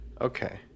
Okay